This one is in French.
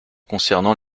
concernant